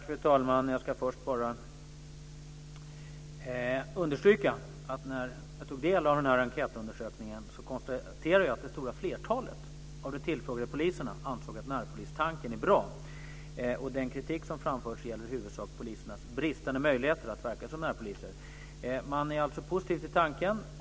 Fru talman! Jag ska först understryka att när jag tog del av enkätundersökningen så konstaterade jag att det stora flertalet av de tillfrågade poliserna ansåg att närpolistanken är bra. Den kritik som framförts gäller i huvudsak polisernas bristande möjligheter att verka som närpoliser. Man är alltså positiv till tanken.